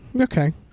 okay